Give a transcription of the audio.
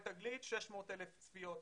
תגלית והדבר הזה קיבל 600,000 צפיות.